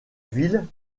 ville